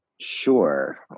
Sure